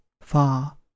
far